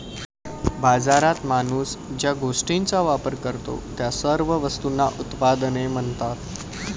बाजारात माणूस ज्या गोष्टींचा वापर करतो, त्या सर्व वस्तूंना उत्पादने असे म्हणतात